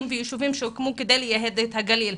ויישובים שהוקמו כדי לייהד את הגליל.